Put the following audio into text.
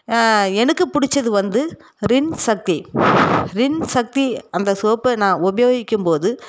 எனக்கு பிடிச்சது வந்து ரின் சக்தி ரின் சக்தி அந்த சோப்பை நான் உபயோகிக்கும் போது